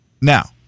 Now